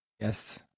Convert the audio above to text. Yes